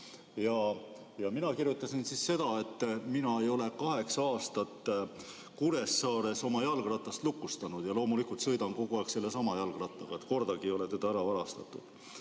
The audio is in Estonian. Mina kirjutasin seda, et mina ei ole kaheksa aastat Kuressaares oma jalgratast lukustanud ja loomulikult sõidan kogu aeg sellesama jalgrattaga, kordagi ei ole seda ära varastatud.